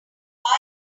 why